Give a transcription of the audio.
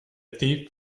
thief